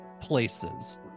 places